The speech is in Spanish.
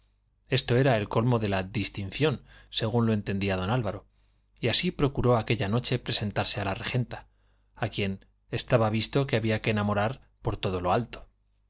esto era el colmo de la distinción según lo entendía don álvaro y así procuró aquella noche presentarse a la regenta a quien estaba visto que había que enamorar por todo lo alto